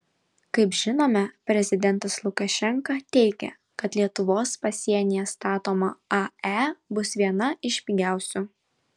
kaip žinome prezidentas lukašenka teigia kad lietuvos pasienyje statoma ae bus viena iš pigiausių